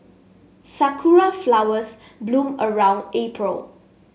sakura flowers bloom around April